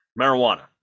marijuana